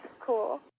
cool